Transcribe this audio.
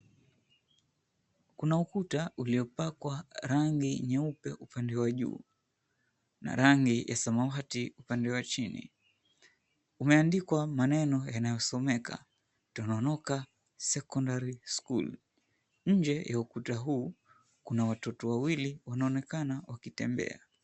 Kuna ukuta uliopakwa rangi nyeupe upande wa juu na rangi ya samawati upande wa chini. Umeandikwa maneno yanayosomeka Tononoka Secondary School. Nje ya ukuta huu kuna watoto wawili wanaonekana wakitembea.